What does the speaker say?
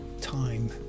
time